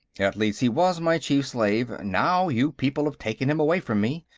at least, he was my chief-slave now you people have taken him away from me.